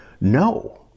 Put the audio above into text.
No